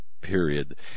period